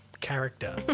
character